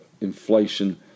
inflation